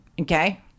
Okay